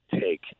take